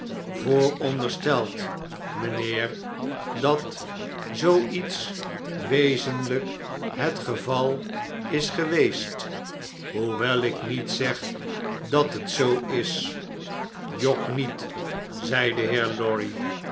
voorondersteld mynheer dat zoo iets wezenlijk het geval is geweest hoewel ik niet zeg dat het zoo is jok niet zei de heer lorry